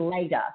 later